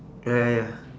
ya ya